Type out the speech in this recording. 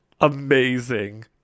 Amazing